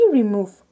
remove